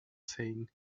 saying